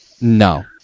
No